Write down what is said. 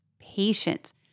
patience